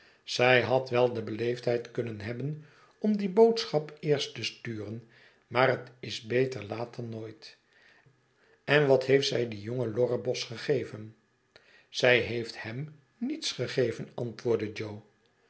zij had wel de beleefdheid kunnen hebben om die boodschap eerst te sturen maar het is beter laat dan nooit en wat heeft zij dien jongen lorrebos gegeven zij heeft hem niets gegeven antwoordde jo